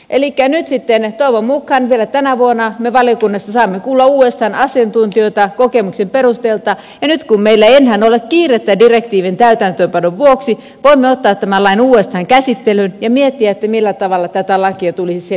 elikkä nyt sitten toivon mukaan vielä tänä vuonna me valiokunnassa saamme kuulla uudestaan asiantuntijoita kokemuksen perusteelta ja nyt kun meillä ei enää ole kiirettä direktiivin täytäntöönpanon vuoksi voimme ottaa tämän lain uudestaan käsittelyyn ja miettiä millä tavalla tätä lakia tulisi sen jälkeen uudistaa